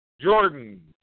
Jordan